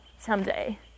someday